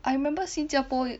I remembered 新加坡